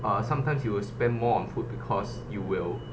uh sometimes you will spend more on food because you will